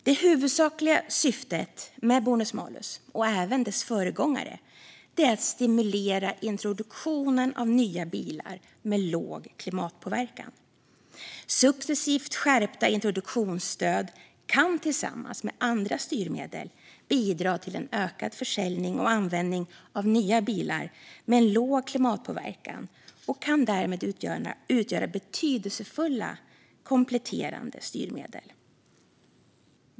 Det huvudsakliga syftet med bonus-malus och även dess föregångare är att stimulera introduktionen av nya bilar med låg klimatpåverkan. Successivt skärpta introduktionsstöd kan tillsammans med andra styrmedel bidra till en ökad försäljning och användning av nya bilar med en låg klimatpåverkan och kan därmed utgöra betydelsefulla kompletterande styrmedel.